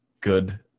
good